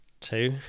Two